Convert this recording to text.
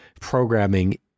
programming